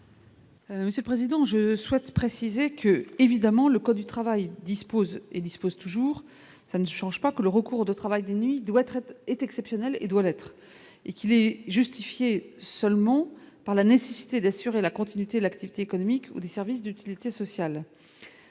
Monsieur le Président, je souhaite préciser que, évidemment, le code du travail dispose et dispose toujours ça ne change pas, que le recours de travail de nuit doit être est exceptionnelle et doivent être et qu'il est justifié seulement par la nécessité d'assurer la continuité de l'activité économique ou des services d'utilité sociale